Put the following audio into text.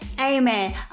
Amen